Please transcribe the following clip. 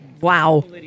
Wow